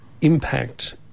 impact